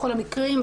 בכל המקרים,